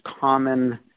common